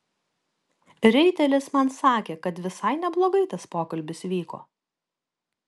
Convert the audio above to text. riuitelis man sakė kad visai neblogai tas pokalbis vyko